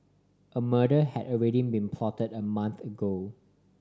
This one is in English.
a murder had already been plotted a month ago